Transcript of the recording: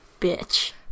bitch